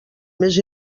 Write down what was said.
més